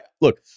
look